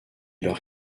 leur